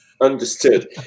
Understood